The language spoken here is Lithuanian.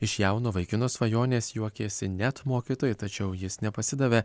iš jauno vaikino svajonės juokėsi net mokytojai tačiau jis nepasidavė